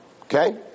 Okay